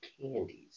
candies